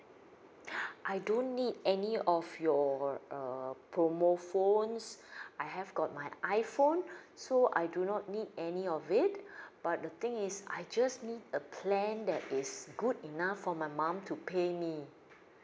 I don't need any of your err promo phones I have got my iphone so I do not need any of it but the thing is I just need a plan that is good enough for my mum to pay me